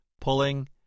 pulling